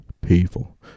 People